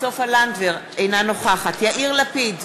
אינה נוכחת יאיר לפיד,